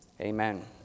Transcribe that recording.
Amen